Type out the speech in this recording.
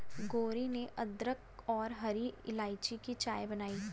गौरी ने अदरक और हरी इलायची की चाय बनाई